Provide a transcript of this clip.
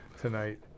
tonight